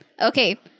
Okay